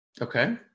okay